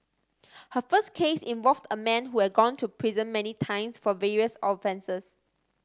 her first case involved a man who had gone to prison many times for various offences